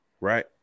right